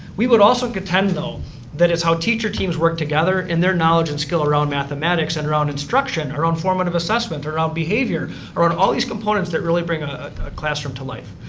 we would also contend though that is how teacher teams work together in their knowledge and skill around mathematics and around instruction, around formative assessment, around behavior, or around all these components that really bring a classroom to life.